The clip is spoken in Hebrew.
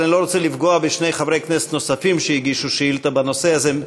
אבל אני לא רוצה לפגוע בשני חברי כנסת נוספים שהגישו שאילתה בנושא הזה,